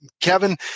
Kevin